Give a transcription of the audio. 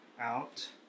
out